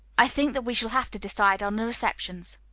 i think that we shall have to decide on the receptions.